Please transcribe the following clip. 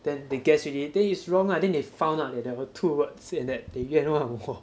then they guess already then is wrong lah then they found out that there were two words and that they 冤枉我